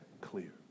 clear